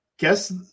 Guess